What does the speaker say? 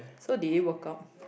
so did it work out